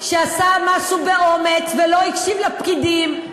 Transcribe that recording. שעשה משהו באומץ ולא הקשיב לפקידים,